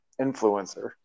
influencer